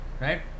Right